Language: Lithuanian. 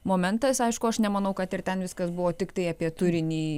momentas aišku aš nemanau kad ir ten viskas buvo tiktai apie turinį